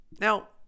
Now